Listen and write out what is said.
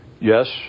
yes